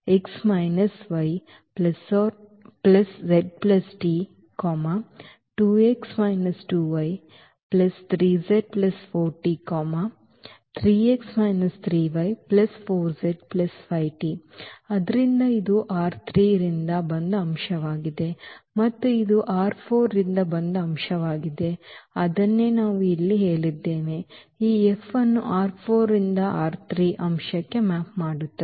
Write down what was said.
ಆದ್ದರಿಂದ ಇದು ರಿಂದ ಬಂದ ಅಂಶವಾಗಿದೆ ಮತ್ತು ಇದು ರಿಂದ ಬಂದ ಅಂಶವಾಗಿದೆ ಮತ್ತು ಅದನ್ನೇ ನಾವು ಇಲ್ಲಿ ಹೇಳಿದ್ದೇವೆ ಈ F ನ್ನು ರಿಂದ ರ ಅಂಶಕ್ಕೆ ಮ್ಯಾಪ್ ಮಾಡುತ್ತದೆ